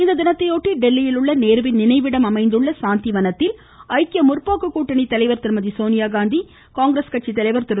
இத்தினத்தை ஒட்டி டெல்லியில் உள்ள நேருவின் நினைவிடம் அமைந்துள்ள சாந்திவனத்தில் ஐக்கிய முற்போக்கு கூட்டணித்தலைவர் திருமதி சோனியாகாந்தி காங்கிரஸ் கட்சி தலைவர் திரு